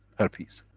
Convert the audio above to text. herpes.